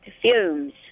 fumes